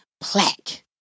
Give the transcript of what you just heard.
plaque